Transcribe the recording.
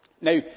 Now